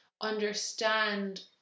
understand